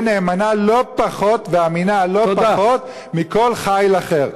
נאמנה לא פחות ואמינה לא פחות מכל חיל אחר?